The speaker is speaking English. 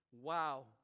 Wow